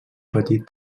petit